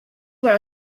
were